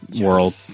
world